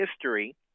history